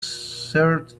shirt